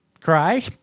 cry